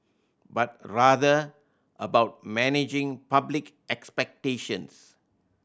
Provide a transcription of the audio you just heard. but rather about managing public expectations